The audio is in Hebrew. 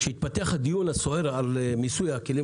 כאשר התפתח הדיון הסוער על מיסוי הכלים